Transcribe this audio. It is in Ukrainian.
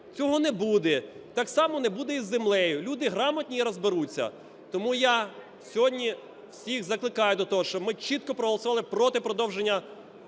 Цього не буде. Так само не буде і з землею. Люди грамотні і розберуться. Тому я сьогодні всіх закликаю до того, щоб ми чітко проголосували проти продовження